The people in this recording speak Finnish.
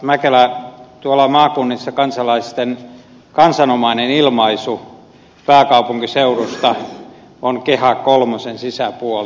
mäkelä tuolla maakunnissa kansalaisten kansanomainen ilmaisu pääkaupunkiseudusta on kehä kolmosen sisäpuoli